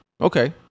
Okay